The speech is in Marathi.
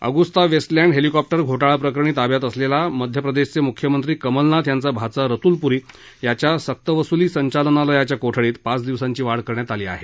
अगुस्ता वेस्टलँड हेलिकॉप्टर घोटाळाप्रकरणी ताब्यात असलेला मध्यप्रदेशचे मुख्यमंत्री कमलनाथ यांचा भाचा रतुल पुरी याच्या सक्तवसुली संचालनालयाच्या कोठडीत पाच दिवसांची वाढ करण्यात आली आहे